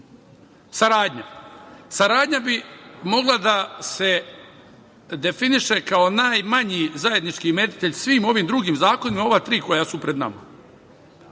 saradnja bi mogla da se definiše kao najmanji zajednički imenitelj svim ovim drugim zakonima, ova tri koja su pred nama.